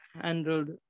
handled